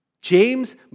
James